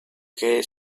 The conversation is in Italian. che